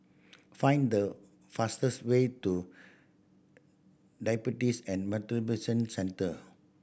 find the fastest way to Diabetes and Metabolism Centre